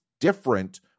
different